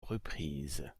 reprises